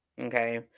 Okay